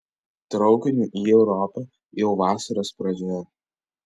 traukiniu į europą jau vasaros pradžioje